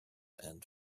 and